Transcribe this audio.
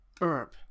herb